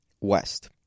West